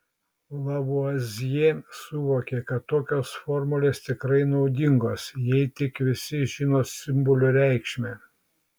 lavuazjė suvokė kad tokios formulės tikrai naudingos jei tik visi žino simbolių reikšmes